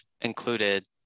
included